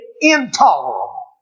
intolerable